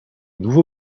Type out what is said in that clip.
nouveau